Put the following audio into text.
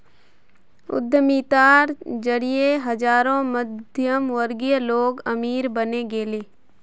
उद्यमिता जरिए हजारों मध्यमवर्गीय लोग अमीर बने गेले